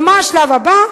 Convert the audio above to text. ומה השלב הבא?